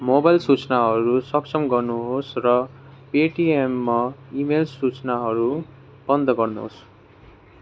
mobile सूचनाहरू सक्षम गर्नु होस् र पेटिएममा इमेल सूचनाहरू बन्द गर्नु होस्